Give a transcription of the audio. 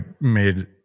made